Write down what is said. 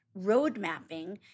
roadmapping